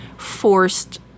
Forced